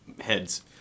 heads